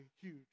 huge